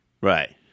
right